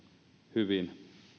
hyvin